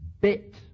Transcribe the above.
bit